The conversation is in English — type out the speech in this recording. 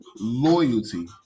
loyalty